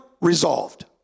resolved